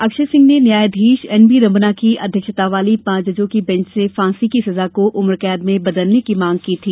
अक्षय सिंह ने न्यायधीश N B Ramana की अध्यक्षता वाली पांच जजों की बेंच से फांसी की सजा को उम्र कैद में बदलने की मांग की थी